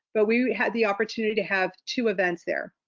but we had the opportunity to have two events there.